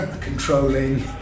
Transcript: controlling